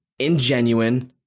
ingenuine